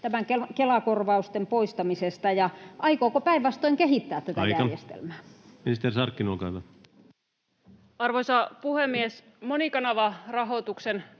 tämän Kela-korvauksen poistamisesta, ja aikooko se päinvastoin kehittää [Puhemies: Aika!] tätä järjestelmää? Ministeri Sarkkinen, olkaa hyvä. Arvoisa puhemies! Monikanavarahoituksen